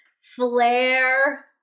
flare